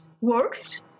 works